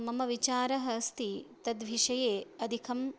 मम विचारः अस्ति तद्विषये अधिकं